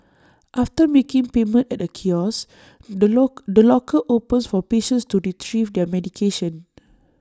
after making payment at A kiosk the lock locker opens for patients to Retrieve their medication